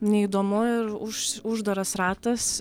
neįdomu ir už uždaras ratas